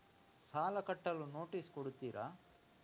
ಸಾಲ ಕಟ್ಟಲು ನೋಟಿಸ್ ಕೊಡುತ್ತೀರ?